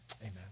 Amen